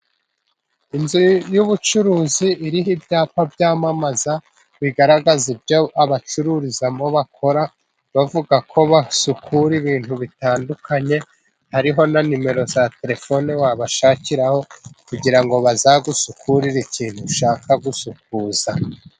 Inzu y'ubucuruzi iriho ibyapa byamamaza bigaragaza ibyo abacururizamo bakora. Bavuga ko basukura ibintu bitandukanye. Hariho na nimero za telefone wabashakiraho kugira ngo bazagusukurire ikintu ushaka gusukuza.